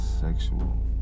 sexual